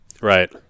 Right